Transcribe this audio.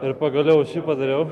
ir pagaliau aš jį padariau